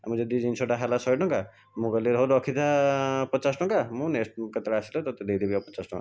ଆମର ଯଦି ଜିନିଷଟା ହେଲା ଶହେଟଙ୍କା ମୁଁ କହିଲି ହଉ ରଖିଥା ପଚାଶଟଙ୍କା ମୁଁ ନେକ୍ସଟ୍ କୁ କେତେବେଳେ ଆସିଲେ ତୋତେ ଦେଇଦେବି ଆଉ ପଚାଶଟଙ୍କା